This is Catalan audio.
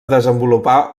desenvolupar